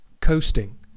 coasting